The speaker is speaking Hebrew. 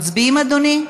מצביעים, אדוני?